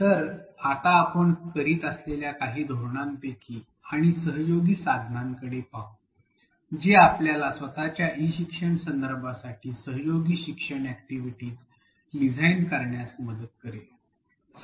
तर आता आपण करीत असलेल्या काही धोरणांपैकी आणि सहयोगी साधनांकडे पाहू जे आपल्या स्वतच्या ई शिक्षण संदर्भांसाठी सहयोगी शिक्षण अॅक्टिव्हिटीस डिझाइन करण्यात मदत करेल